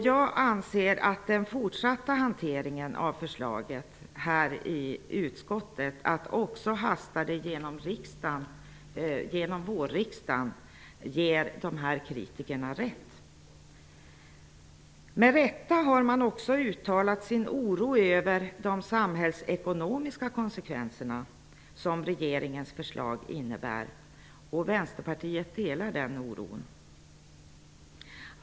Jag anser att hanteringen av förslaget i utskottet, och att också hasta det igenom vårriksdagen, ger kritikerna rätt. Med rätta har utskottet också uttalat sin oro över de samhällsekonomiska konsekvenser som regeringens förslag innebär. Vänsterpartiet delar den oron.